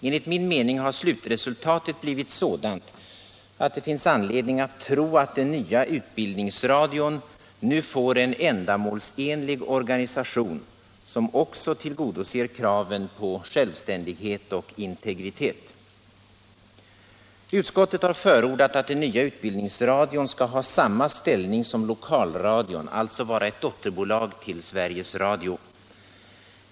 Enligt min mening har 104 slutresultatet blivit sådant att det finns anledning att tro att den nya utbildningsradion nu får en ändamålsenlig organisation, som också till Nr 41 godoser kraven på självständighet och integritet. Onsdagen den Utskottet har förordat att den nya utbildningsradion skall ha samma 8 december 1976 ställning som lokalradion, alltså vara ett dotterbolag till Sveriges Radio.